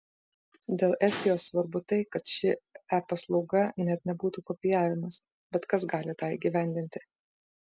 dėl estijos svarbu tai kad ši e paslauga net nebūtų kopijavimas bet kas gali tą įgyvendinti